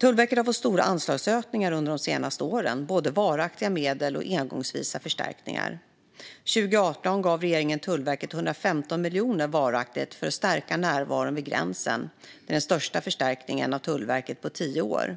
Tullverket har fått stora anslagsökningar under de senaste åren, både varaktiga medel och engångsvisa förstärkningar. År 2018 gav regeringen Tullverket 115 miljoner kronor varaktigt för att stärka närvaron vid gränsen, den största förstärkningen av Tullverket på tio år.